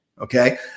okay